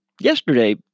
yesterday